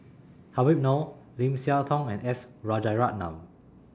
Habib Noh Lim Siah Tong and S Rajaratnam